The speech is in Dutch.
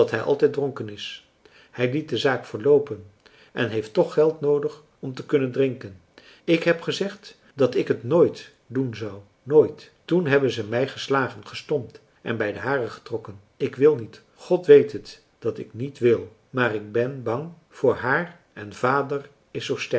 hij altijd dronken is hij liet de zaak verloopen en heeft toch geld noodig om te kunnen drinken ik heb gezegd dat ik het nooit doen zou nooit toen hebben zij mij geslagen gestompt en bij de haren getrokken ik wil niet god weet het dat ik niet wil maar ik ben bang voor haar en vader is zoo sterk